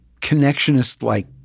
connectionist-like